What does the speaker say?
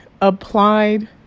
applied